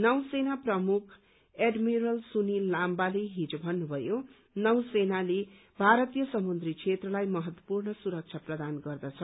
नौ सेना प्रमुख एडमिरल सुनिल लाम्बाले हिज भन्नुभयो नौसेनाले भारतीय समुद्री क्षेत्रलाई महत्वपूर्ण सुरक्षा प्रदान गद्रछ